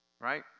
Right